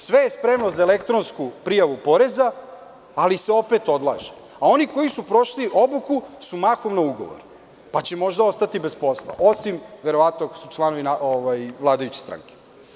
Sve je spremno za elektronsku prijavu poreza, ali se opet odlaže, a oni koji su prošli obuku su mahom na ugovor, pa će možda ostati bez posla, osim ako su članovi vladajuće stranke.